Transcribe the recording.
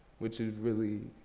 which is really